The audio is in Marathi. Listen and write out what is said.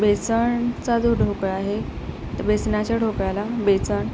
बेसनचा जो ढोकळा आहे बेसनाच्या ढोकळ्याला बेसन